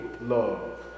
love